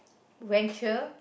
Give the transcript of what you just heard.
venture